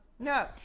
No